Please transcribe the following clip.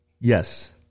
Yes